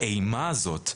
האימה הזאת,